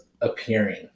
appearing